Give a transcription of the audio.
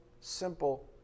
simple